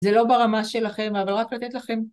זה לא ברמה שלכם אבל רק לתת לכם